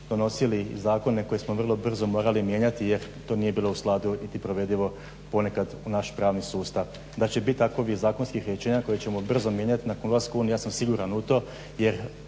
donosili zakone koje smo vrlo brzo morali mijenjati jer to nije bilo u skladu niti provedivo ponekad u naš pravni sustav. Da će bit takvih zakonskih rješenja koje ćemo brzo mijenjat nakon ulaska u Uniju ja sam siguran u to jer